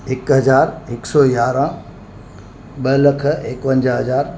हिकु हज़ार हिकु सौ यारहां ॿ लख एकवंजाह हज़ार